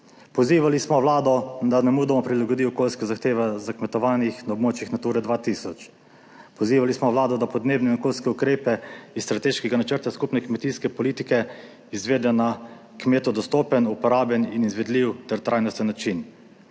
Pozivali smo vlado, da nemudoma prilagodi okolijske zahteve za kmetovanje na območjih Nature 2000. Pozivali smo Vlado, da podnebne in okolijske ukrepe iz Strateškega načrta skupne kmetijske politike izvede na kmetu dostopen, uporaben in izvedljiv ter trajnosten način.